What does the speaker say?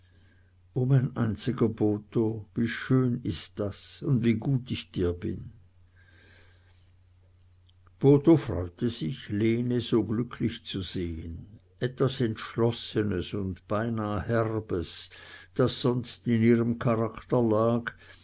mein einziger botho wie schön das ist und wie gut ich dir bin botho freute sich lene so glücklich zu sehen etwas entschlossenes und beinah herbes das sonst in ihrem charakter lag